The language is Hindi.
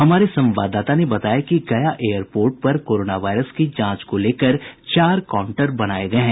हमारे संवाददाता ने बताया कि गया एयरपोर्ट पर कोरोना वायरस की जांच को लेकर चार काउंटर बनाये गये हैं